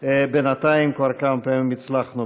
בינתיים כמה פעמים הצלחנו.